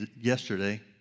yesterday